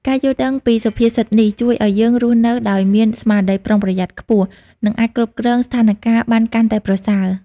ការយល់ដឹងពីសុភាសិតនេះ ជួយឱ្យយើងរស់នៅដោយមានស្មារតីប្រុងប្រយ័ត្នខ្ពស់ និងអាចគ្រប់គ្រងស្ថានការណ៍បានកាន់តែប្រសើរ។